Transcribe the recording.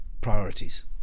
priorities